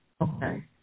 Okay